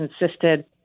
insisted